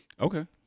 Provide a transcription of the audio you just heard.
Okay